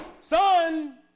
Son